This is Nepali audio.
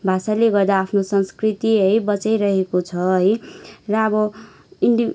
भाषाले गर्दा आफ्नो संस्कृति है बचाइरहेको छ है र अब